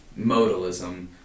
modalism